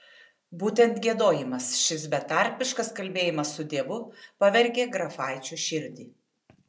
būtent giedojimas šis betarpiškas kalbėjimas su dievu pavergė grafaičio širdį